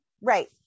Right